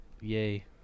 Yay